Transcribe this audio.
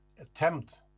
attempt